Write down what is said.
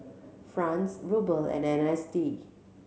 Franc Ruble and N S D